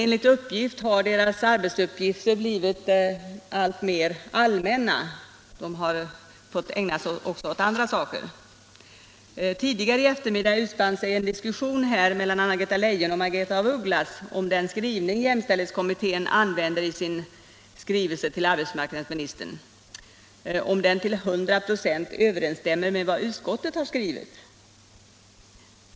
Enligt uppgift har deras speciella uppdrag dock blivit alltmer allmänna genom att de också fått ägna sig åt andra frågor. Tidigare i eftermiddags utspann sig en diskussion mellan Anna-Greta Leijon och Margaretha af Ugglas om huruvida den skrivning jämställdhetskommittén använder i sin hemställan till arbetsmarknadsministern till 100 26 överensstämmer med vad utskottet skrivit i sitt betänkande.